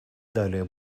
далее